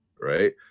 right